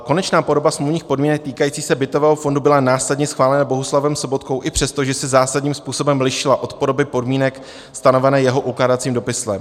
Konečná podoba smluvních podmínek týkajících se bytového fondu byla následně schválena Bohuslavem Sobotkou i přesto, že se zásadním způsobem lišila od podoby podmínek, stanovených jeho ukládacím dopisem.